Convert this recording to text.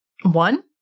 One